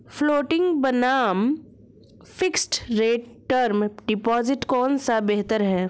Floating बनाम fixed rate term deposit कौन सा बेहतर है?